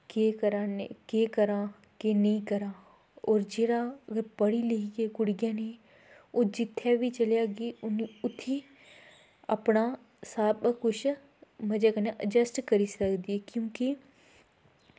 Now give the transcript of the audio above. केह् करा नें केह् करां केह् नेईं करां होर जेह्ड़ा पढ़ी लिखी कुड़ियै न ओह् जित्थै बी चली जाह्गी उत्थै अपना सब कुछ मजे कन्नै अडजैस्ट करी सकदी क्योंकि